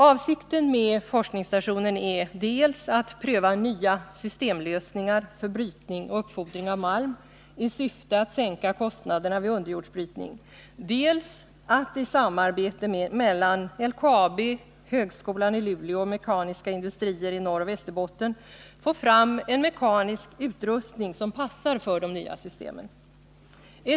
Avsikten med forskningsstationen är dels att pröva nya systemlösningar för brytning och uppfordring av malm i syfte att sänka kostnaderna vid underjordbrytning, dels att i samarbete mellan LKAB, högskolan i Luleå och mekaniska industrier i Norrbotten och Västerbotten få fram en mekanisk utrustning som passar för de nya systemen.